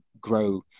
grow